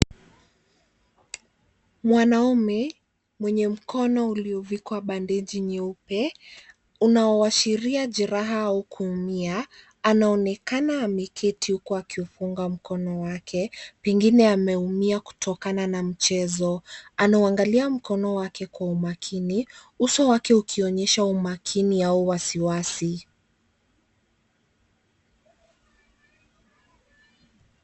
Mwanaume mwenye mkono uliovikwa bandeji nyeupe unaoashiria jeraha au kuumia anaonekana ameketi huku akiufunga mkono wake pengine ameumia kutokana na mchezo. Anauangalia mkono wake kwa umakini uso wake ukionyesha umakini au wasiwasi.